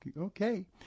Okay